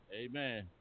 Amen